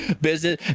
Business